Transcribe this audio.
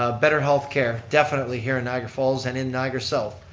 ah better health care. definitely here in niagara falls and in niagara south.